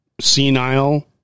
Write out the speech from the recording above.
senile